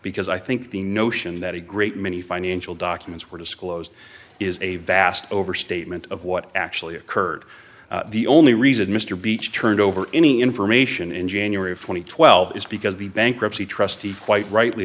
because i think the notion that a great many financial documents were disclosed is a vast overstatement of what actually occurred the only reason mr beech turned over any information in january of two thousand and twelve is because the bankruptcy trustee quite rightly